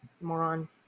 moron